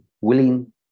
willing